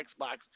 Xbox